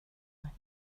mig